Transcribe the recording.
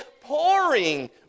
pouring